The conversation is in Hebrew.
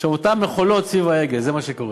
אותם מחולות סביב העגל, זה מה שקורה.